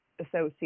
associate